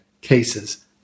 cases